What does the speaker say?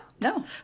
No